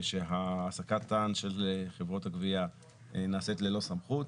שהעסקתן של חברות הגבייה נעשית ללא סמכות,